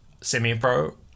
semi-pro